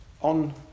on